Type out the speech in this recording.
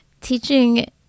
teaching